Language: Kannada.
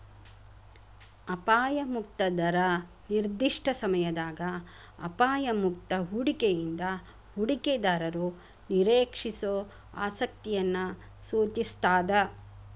ಅಪಾಯ ಮುಕ್ತ ದರ ನಿರ್ದಿಷ್ಟ ಸಮಯದಾಗ ಅಪಾಯ ಮುಕ್ತ ಹೂಡಿಕೆಯಿಂದ ಹೂಡಿಕೆದಾರರು ನಿರೇಕ್ಷಿಸೋ ಆಸಕ್ತಿಯನ್ನ ಸೂಚಿಸ್ತಾದ